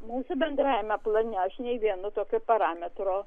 mūsų bendrajame plane aš nei vieno tokio parametro